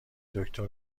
دکتر